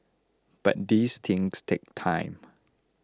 but these things take time